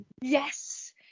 Yes